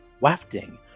wafting